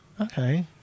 Okay